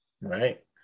Right